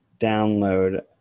download